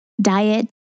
diet